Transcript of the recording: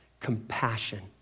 compassion